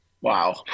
Wow